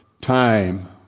time